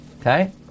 Okay